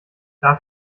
darf